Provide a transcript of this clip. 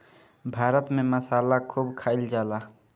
भारत में मसाला खूब खाइल जाला